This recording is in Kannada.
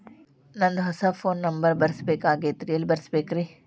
ನಂದ ಹೊಸಾ ಫೋನ್ ನಂಬರ್ ಬರಸಬೇಕ್ ಆಗೈತ್ರಿ ಎಲ್ಲೆ ಬರಸ್ಬೇಕ್ರಿ?